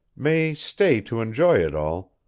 may stay to enjoy it all,